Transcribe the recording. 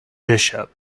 bishop